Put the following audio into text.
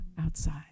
outside